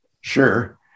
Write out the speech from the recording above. Sure